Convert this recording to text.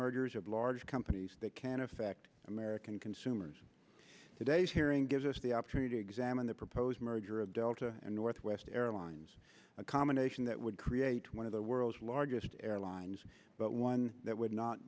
mergers of large companies that can affect american consumers today's hearing gives us the opportunity to examine the proposed merger of delta and northwest airlines a combination that would create one of the world's largest airlines but one that would not